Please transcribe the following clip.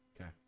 okay